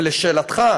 ולשאלתך,